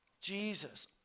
Jesus